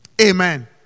Amen